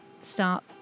start